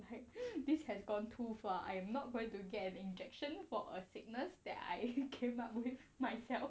like this has gone too far I am not going to get an injection for a sickness that I actually came up with myself